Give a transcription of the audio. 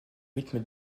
rythme